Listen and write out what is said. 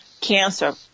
cancer